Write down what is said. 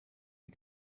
die